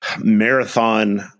Marathon